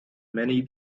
many